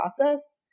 process